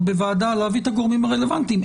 בוועדה להביא את הגורמים הרלוונטיים,